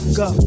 go